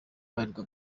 abarirwa